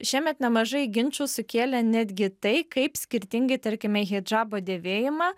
šiemet nemažai ginčų sukėlė netgi tai kaip skirtingai tarkime hidžabo dėvėjimą